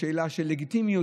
יש שאלה של לגיטימיות,